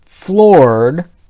floored